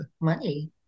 Money